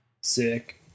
Sick